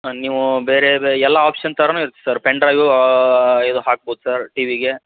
ಹಾಂ ನೀವು ಬೇರೆದು ಎಲ್ಲ ಆಪ್ಷನ್ ಥರವು ಇರುತ್ತೆ ಸರ್ ಪೆನ್ ಡ್ರೈವು ಇದು ಹಾಕ್ಬೋದು ಸರ್ ಟಿವಿಗೆ